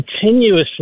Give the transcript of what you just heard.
continuously